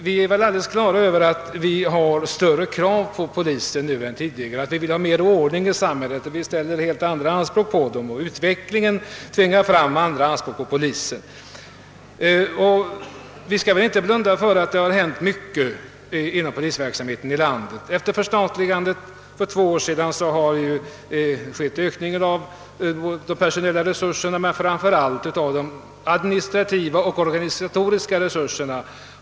Vi har alla nu större krav på polisen än tidigare. Vi vill ha bättre ordning i samhället och har därför högre anspråk på polisen. Utvecklingen själv tvingar fram det. Vi skall inte heller blunda för att det har hänt mycket inom polisväsendet här i landet. Efter förstatligandet för två år sedan har vi fått en kraftig ökning av de personella resurserna och en ännu kraftigare effektivitetsökning på de administrativa och organisatoriska områdena.